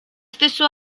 stesso